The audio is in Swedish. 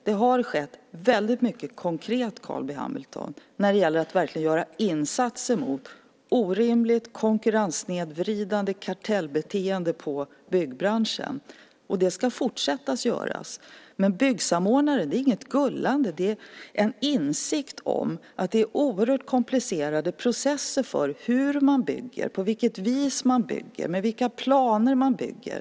Det har skett väldigt mycket konkret, Carl B Hamilton, när det gäller att verkligen göra insatser mot orimligt konkurrenssnedvridande kartellbeteende i byggbranschen. Det ska fortsätta att göras. Men det här med byggsamordnare är inget gullande. Det handlar om en insikt om att det är oerhört komplicerade processer när det gäller hur man bygger, på vilket vis man bygger, med vilka planer man bygger.